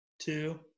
two